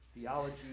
theology